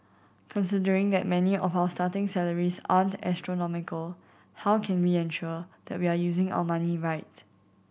considering that many of our starting salaries aren't astronomical how can we ensure that we are using our money right